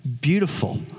Beautiful